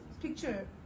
picture